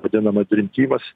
vadinama drym tymas